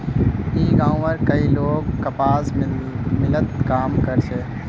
ई गांवउर कई लोग कपास मिलत काम कर छे